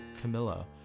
Camilla